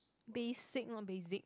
basic not basic